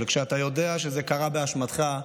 אבל כשאתה יודע שזה קרה באשמתך,